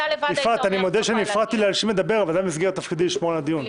אתה לבד היית אומר שאת לא יכולה להגיע.